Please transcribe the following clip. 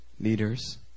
Leaders